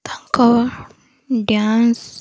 ତାଙ୍କ ଡ୍ୟାନ୍ସ